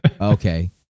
Okay